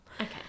Okay